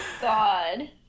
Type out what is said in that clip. God